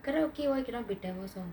karaoke why cannot be tamil song